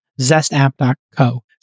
Zestapp.co